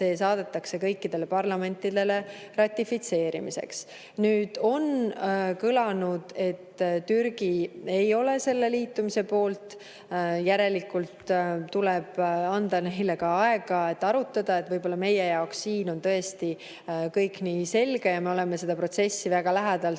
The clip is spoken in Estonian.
see saadetakse kõikidele parlamentidele ratifitseerimiseks. On kõlanud, et Türgi ei ole selle liitumise poolt. Järelikult tuleb anda neile ka aega seda arutada. Võib‑olla meie jaoks siin on tõesti kõik selge, me oleme seda protsessi väga lähedalt